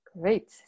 Great